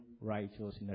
righteousness